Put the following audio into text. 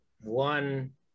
one